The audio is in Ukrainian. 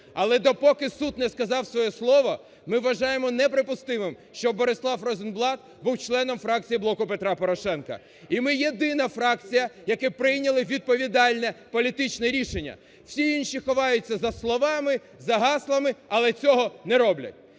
Але допоки суд не сказав своє слово, ми вважаємо неприпустимим, що Борислав Розенблат був членом фракції "Блоку Петра Порошенка". І ми єдина фракція, яка прийняла відповідальне політичне рішення, всі інші ховаються за словами, за гаслами, але цього не роблять.